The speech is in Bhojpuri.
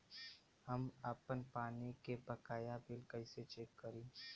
हम आपन पानी के बकाया बिल कईसे चेक करी?